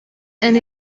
and